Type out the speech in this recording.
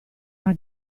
una